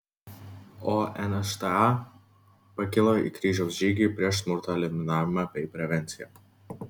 o nšta pakilo į kryžiaus žygį prieš smurto eliminavimą bei prevenciją